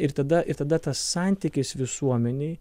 ir tada ir tada tas santykis visuomenėj